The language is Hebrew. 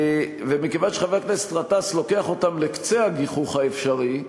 ומכיוון שחבר הכנסת גטאס לוקח אותם לקצה הגיחוך האפשרי,